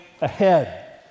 ahead